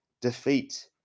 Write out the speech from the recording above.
defeat